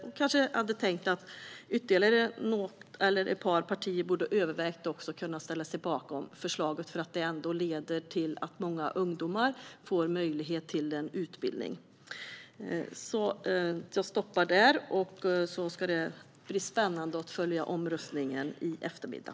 Jag hade dock hoppats att ytterligare ett par partier skulle ha övervägt att ställa sig bakom förslaget eftersom det leder till att många ungdomar får möjlighet till utbildning. Det ska bli spännande att följa omröstningen i eftermiddag.